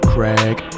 Craig